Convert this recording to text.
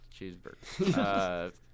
Cheeseburger